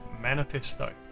Manifesto